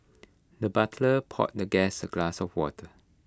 the butler poured the guest A glass of water